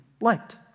liked